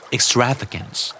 Extravagance